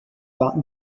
warten